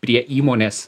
prie įmonės